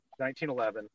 1911